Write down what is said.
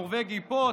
נורבגי פה,